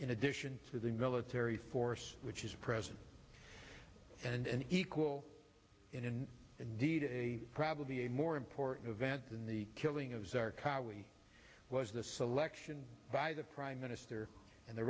in addition to the military force which is present and an equal in and indeed a probably a more important event than the killing of czar cowley was the selection by the prime minister and the